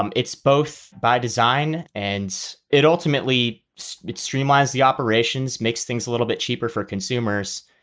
um it's both by design and it ultimately it streamlines the operations, makes things a little bit cheaper for consumers.